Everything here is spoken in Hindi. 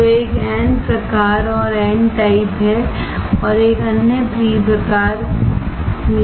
तो एक एन प्रकार है और एक अन्य पी प्रकार है